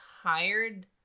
hired